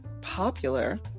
popular